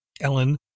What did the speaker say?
Ellen